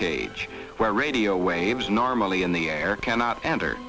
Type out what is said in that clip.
cage where radio waves normally in the air cannot enter